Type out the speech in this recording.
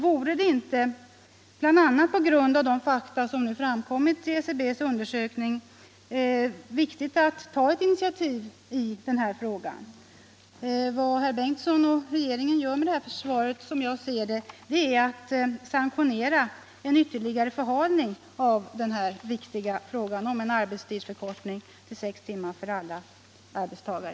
Vore det inte, bl.a. på grund av de fakta som framkom vid SCB:s undersökning, viktigt att ta ett initiativ i den här frågan? Vad herr Bengtsson och regeringen gör med det här förslaget är, som jag ser det, att sanktionera en ytterligare förhalning av den viktiga frågan om en arbetstidsförkortning till sex timmar för alla arbetstagare.